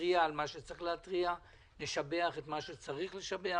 נתריע על מה שצריך להתריע ונשבח את מה שצריך לשבח.